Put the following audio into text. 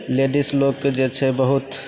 ladies लोकके जे छै बहुत